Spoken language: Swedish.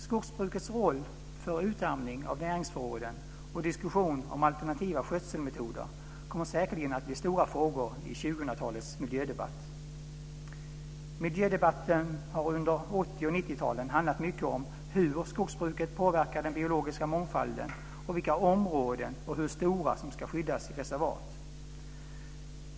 Skogsbrukets roll för utarmning av näringsförråden och diskussion om alternativa skötselmetoder kommer säkerligen att bli stora frågor i 2000-talets miljödebatt. Miljödebatten har under 80 och 90-talen handlat mycket om hur skogsbruket påverkar den biologiska mångfalden och vilka och hur stora områden som ska skyddas i reservat.